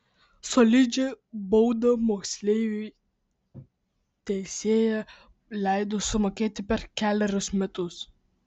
solidžią baudą moksleiviui teisėja leido sumokėti per kelerius metus